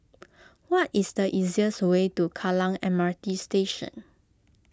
what is the easiest way to Kallang M R T Station